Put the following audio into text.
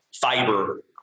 fiber